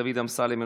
דוד אמסלם,